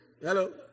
Hello